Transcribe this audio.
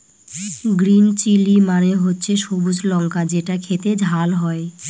green chilli মানে হচ্ছে সবুজ লঙ্কা যেটা খেতে ঝাল হয়